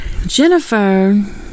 Jennifer